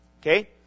Okay